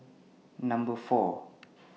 Number four